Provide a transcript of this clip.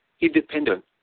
independent